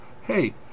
Hey